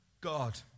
God